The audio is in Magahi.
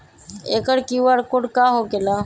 एकर कियु.आर कोड का होकेला?